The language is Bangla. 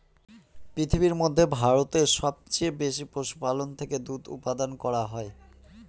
পৃথিবীর মধ্যে ভারতে সবচেয়ে বেশি পশুপালন থেকে দুধ উপাদান করা হয়